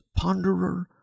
ponderer